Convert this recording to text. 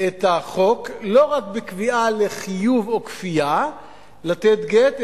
את החוק: לא רק בקביעה לחיוב או בכפייה לתת גט,